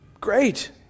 Great